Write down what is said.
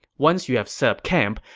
once you have set up camp,